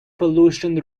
pollution